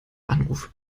anrufe